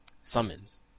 summons